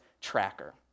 tracker